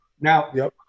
Now